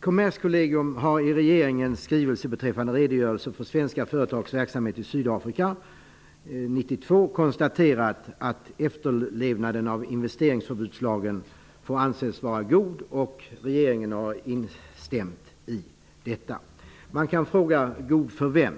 Kommerskollegium har i fråga om regeringens skrivelse beträffande redogörelse för svenska företags verksamhet i Sydafrika 1992 konstaterat att efterlevnaden av investeringsförbudslagen får anses vara god. Regeringen har instämt i detta. Man kan fråga: God för vem?